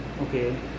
okay